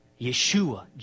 Yeshua